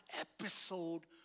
episode